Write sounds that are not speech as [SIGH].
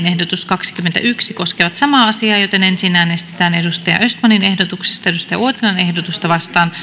[UNINTELLIGIBLE] ehdotus kuusikymmentäkuusi koskevat samaa määrärahaa joten ensin äänestetään ozan yanarin ehdotuksesta kuudenkymmenenkuuden stefan wallinin ehdotusta kuuteenkymmeneenviiteen vastaan